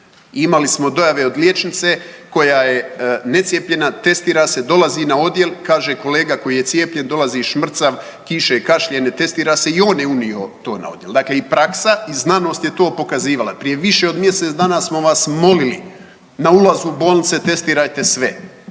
Imali smo dojave od liječnice koja je necijepljena, testira se, dolazi na odjel, kaže kolega koji je cijepljen dolazi šmrcav, kiše, kašlje, ne testira se i on je unio to na odjel. Dakle i praksa i znanost je to pokazivala. Prije više od mjesec dana smo vas molili na ulazu u bolnice testirajte sve.